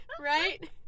right